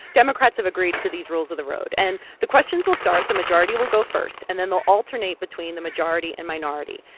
democrats have agreed to these rules of the road. and the questions will start. the majority will go first, and then they'll alternate between the majority and minority.